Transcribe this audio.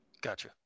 Gotcha